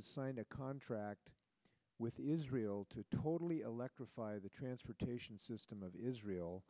signed a contract with israel to totally electrify the transportation system of israel